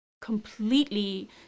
completely